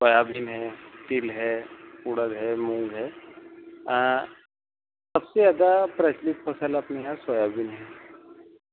soybean है तिल है उड़द है मूंग है सबसे ज़्यादा प्रसिद्ध फ़सल अपनी न सोयाबीन है